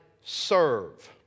serve